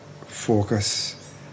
focus